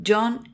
John